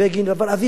כי אתה יושב כאן.